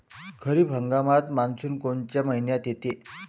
खरीप हंगामात मान्सून कोनच्या मइन्यात येते?